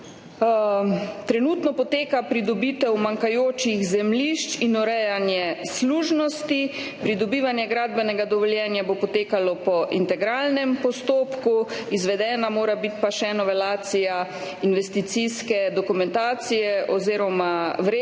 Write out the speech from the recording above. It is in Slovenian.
Trenutno poteka pridobitev manjkajočih zemljišč in urejanje služnosti. Pridobivanje gradbenega dovoljenja bo potekalo po integralnem postopku, izvedena mora biti pa še novelacija investicijske dokumentacije oziroma vrednosti